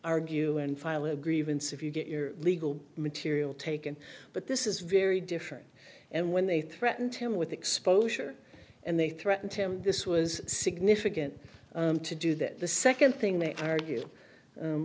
argue and file a grievance if you get your legal material taken but this is very different and and they threatened him with exposure and they threatened him this was significant to do that the second thing they argue